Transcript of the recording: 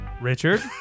Richard